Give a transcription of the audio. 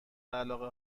علاقه